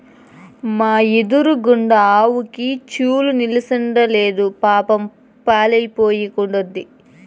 మా ఎదురిండ్ల ఆవుకి చూలు నిల్సడంలేదు పాపం పాలియ్యకుండాది